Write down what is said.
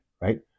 right